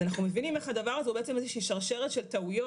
אז אנחנו מבינים איך הדבר הזה הוא בעצם שרשרת של טעויות